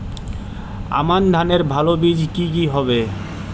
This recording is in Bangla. আমান ধানের ভালো বীজ কি কি হবে?